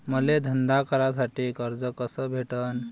मले धंदा करासाठी कर्ज कस भेटन?